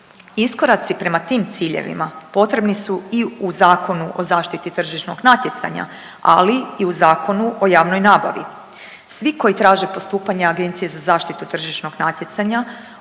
Iskoraci prema tim ciljevima potrebni su i u Zakonu o zaštiti tržišnog natjecanja, ali i u Zakonu o javnoj nabavi. Svi koji traže postupanja Agencije za zaštitu od tržišnog natjecanja